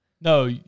No